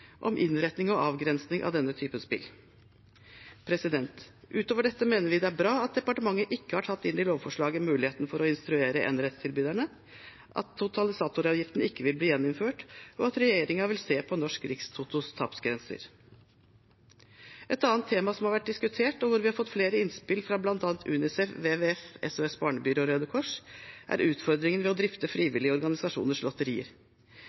om innretning og avgrensning av denne typen spill. Utover dette mener vi det er bra at departementet ikke har tatt inn i lovforslaget muligheten for å instruere enerettstilbyderne, at totalisatoravgiften ikke vil bli gjeninnført, og at regjeringen vil se på Norsk Rikstotos tapsgrenser. Et annet tema som har vært diskutert, og hvor vi har fått flere innspill, fra bl.a. UNICEF, WWF, SOS-barnebyer og Røde Kors, er utfordringen ved å drifte